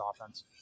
offense